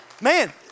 man